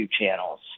channels